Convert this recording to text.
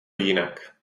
jinak